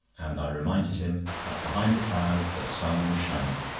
and i reminded him that behind the clouds the sun was shining.